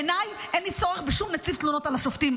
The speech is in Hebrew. בעיניי אין לי צורך בשום נציב תלונות על השופטים.